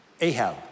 ahab